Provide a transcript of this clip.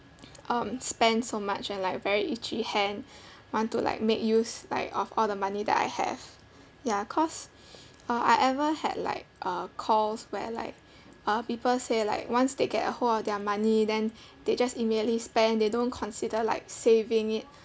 um spend so much and like very itchy hand want to like make use like of all the money that I have ya cause uh I ever had like uh calls where like uh people say like once they get a hold of their money then they just immediately spend they don't consider like saving it